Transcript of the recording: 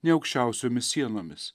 nei aukščiausiomis sienomis